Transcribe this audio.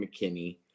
McKinney